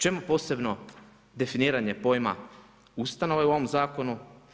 Čemu posebno definiranje pojma ustanove u ovom zakonu?